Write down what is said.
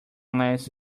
unless